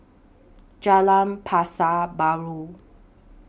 Jalan Pasar Baru